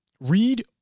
Read